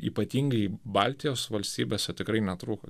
ypatingai baltijos valstybėse tikrai netrūko